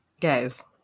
Guys